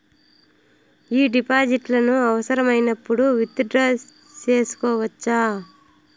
ఈ డిపాజిట్లను అవసరమైనప్పుడు విత్ డ్రా సేసుకోవచ్చా?